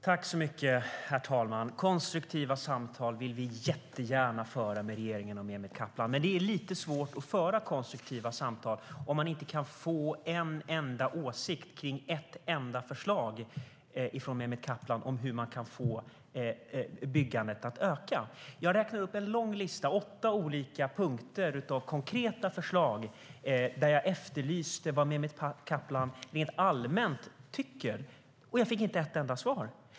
Herr talman! Vi vill jättegärna föra konstruktiva samtal med regeringen och Mehmet Kaplan. Men det är lite svårt att föra konstruktiva samtal om man inte kan få en enda åsikt om ett enda förslag från Mehmet Kaplan om hur man kan få byggandet att öka. Jag räknade upp en lång lista med åtta olika punkter med konkreta förslag, och jag efterlyste vad Mehmet Kaplan rent allmänt tycker. Men jag fick inte ett enda svar.